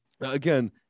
again